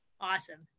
Awesome